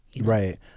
Right